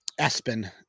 Espen